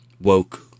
woke